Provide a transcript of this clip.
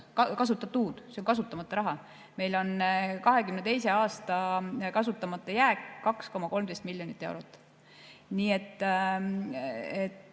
kasutatud. See on kasutamata raha. 2022. aasta kasutamata jääk on 2,13 miljonit eurot. Nii et